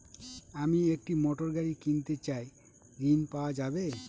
আমি একটি মোটরগাড়ি কিনতে চাই ঝণ পাওয়া যাবে?